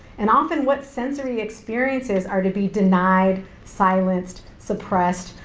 and often what sensory experiences are to be denied, silenced, suppressed,